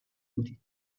بودیم